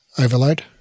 overload